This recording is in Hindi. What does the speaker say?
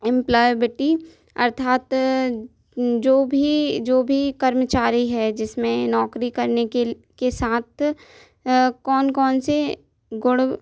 इम्प्लॉयबिटी अर्थात जो भी जो भी कर्मचारी है जिसमें नौकरी करने के के साथ कौन कौनसे गुण